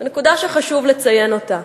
ונקודה שחשוב לציין אותה: